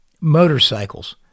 Motorcycles